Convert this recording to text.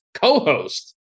co-host